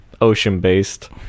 ocean-based